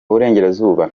burengerazuba